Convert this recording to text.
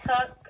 took